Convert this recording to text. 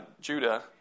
Judah